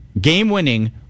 game-winning